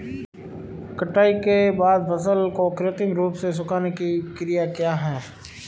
कटाई के बाद फसल को कृत्रिम रूप से सुखाने की क्रिया क्या है?